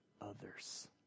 others